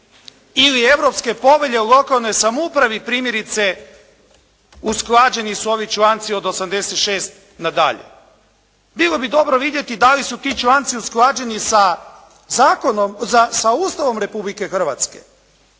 ili Europske povelje o lokalnoj samoupravi, primjerice usklađeni su ovi članci od 86 na dalje. Bilo bi dobro vidjeti da li su ti članci usklađeni sa zakonom, sa Ustavom Republike Hrvatske,